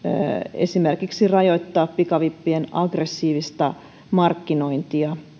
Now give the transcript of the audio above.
esimerkiksi rajoittaa pikavippien aggressiivista markkinointia